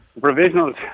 Provisionals